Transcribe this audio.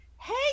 hey